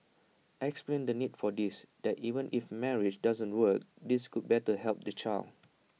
explain the need for this that even if marriage doesn't work this could better help the child